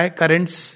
currents